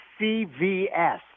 CVS